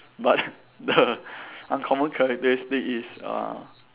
but the uncommon characteristic is uh